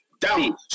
down